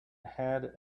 had